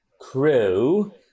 crew